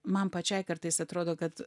man pačiai kartais atrodo kad